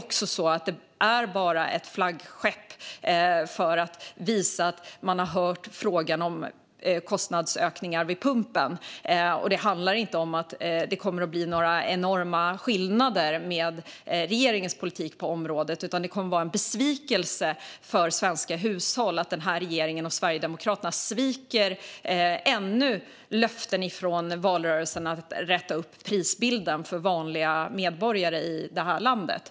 Reduktionsplikten är bara ett flaggskepp för regeringen för att visa att man har hört frågan om kostnadsökningar vid pumpen. Det kommer inte att bli några enorma skillnader med regeringens politik på området. Det kommer att vara en besvikelse för svenska hushåll att regeringen och Sverigedemokraterna sviker ännu fler löften från valrörelsen om att räta upp prisbilden för vanliga medborgare i det här landet.